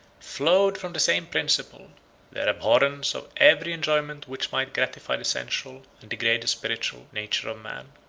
flowed from the same principle their abhorrence of every enjoyment which might gratify the sensual, and degrade the spiritual, nature of man.